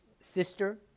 sister